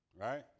Right